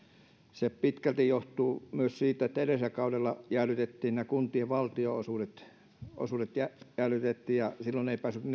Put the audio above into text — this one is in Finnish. se pitkälti johtuu myös siitä että edellisellä kaudella jäädytettiin nämä kuntien valtionosuudet eivätkä nämä valtionosuudet päässeet silloin